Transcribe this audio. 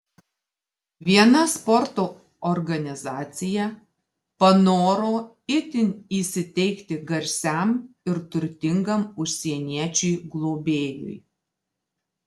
viena sporto organizacija panoro itin įsiteikti garsiam ir turtingam užsieniečiui globėjui